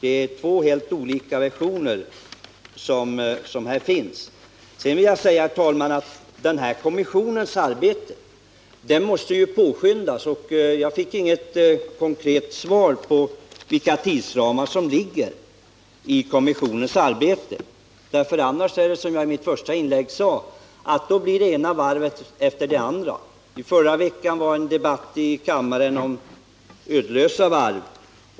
Vi har här två olika versioner av vad som har förekommit. Jag vill dessutom säga, herr talman, att kommissionens arbete måste påskyndas. Jag fick inte något konkret svar på frågan vilka tidsramar kommissionen har för sitt arbete. Som jag sade i mitt förra inlägg aktualiseras här det ena varvet efter det andra. I förra veckan hade vi en debatt om Lödöse Varf.